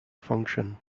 function